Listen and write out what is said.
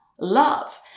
love